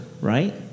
right